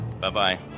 bye-bye